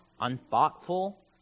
unthoughtful